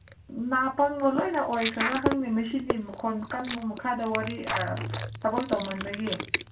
ꯅꯥ ꯄꯪꯕ ꯂꯣꯏꯅ ꯑꯣꯏꯈ꯭ꯔꯕ ꯈꯪꯗꯦ ꯃꯦꯁꯤꯟꯒꯤ ꯃꯈꯣꯟ ꯀꯟꯕ ꯃꯈꯥꯗ ꯋꯥꯔꯤ ꯊꯕꯛ ꯇꯧꯃꯟꯕꯒꯤ